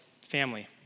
family